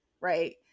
right